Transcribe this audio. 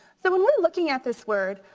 so when we're looking at this word,